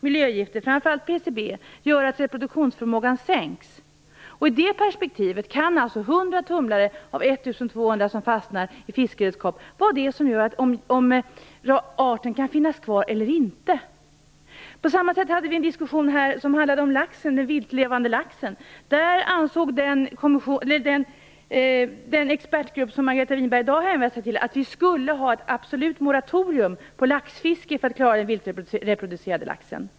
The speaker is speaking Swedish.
Miljögifter, framför allt PCB, gör att reproduktionsförmågan minskar. I det perspektivet kan hundra tumlare av 1 200 som fastnar i fiskeredskap vara det som avgör om arten kan finnas kvar eller inte. På samma sätt hade vi en diskussion om den viltlevande laxen. Där ansåg den expertgrupp som Margareta Winberg i dag hänvisar till att vi skulle ha ett absolut moratorium på laxfiske för att klara den viltreproducerande laxen.